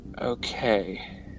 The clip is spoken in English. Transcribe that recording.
Okay